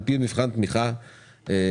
על פי מבחן תמיכה שיוצא.